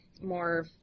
more